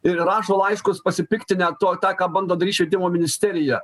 ir rašo laiškus pasipiktinę tuo ką bando darys švietimo ministerija